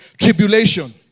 tribulation